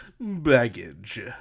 baggage